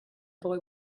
boy